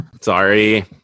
Sorry